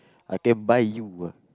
I can buy you a